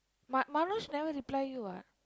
Ma~ Manoj never reply you what